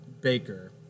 Baker